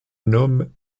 nomme